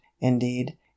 indeed